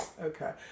Okay